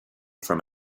from